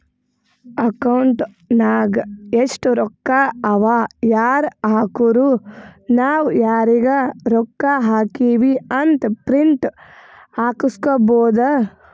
account ನಾಗ್ ಎಸ್ಟ್ ರೊಕ್ಕಾ ಅವಾ ಯಾರ್ ಹಾಕುರು ನಾವ್ ಯಾರಿಗ ರೊಕ್ಕಾ ಹಾಕಿವಿ ಅಂತ್ ಪ್ರಿಂಟ್ ಹಾಕುಸ್ಕೊಬೋದ